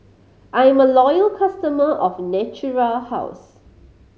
I'm a loyal customer of Natura House